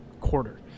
quarter